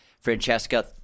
Francesca